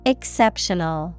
Exceptional